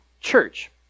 church